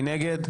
מי נגד?